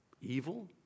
Evil